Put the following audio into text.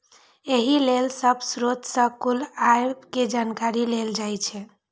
एहि लेल सब स्रोत सं कुल आय के जानकारी लेल जाइ छै